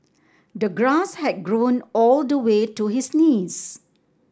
the grass had grown all the way to his knees